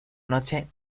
noche